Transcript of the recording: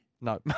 No